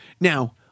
now